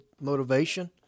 motivation